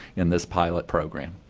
in this pilot program.